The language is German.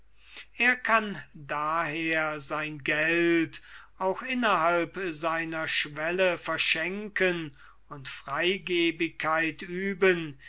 er kann daher sein geld auch innerhalb seiner schwelle verschenken und freigebigkeit üben